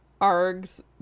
args